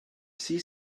see